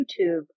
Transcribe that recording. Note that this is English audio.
YouTube